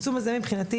הצמצום הזה הוא הצלחה.